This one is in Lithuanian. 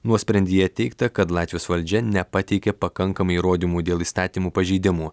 nuosprendyje teigta kad latvijos valdžia nepateikė pakankamai įrodymų dėl įstatymų pažeidimų